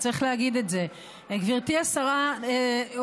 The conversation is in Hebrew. צריך להגיד את זה: גברתי השרה הקדישה